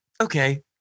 Okay